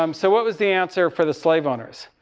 um so what was the answer for the slave owners?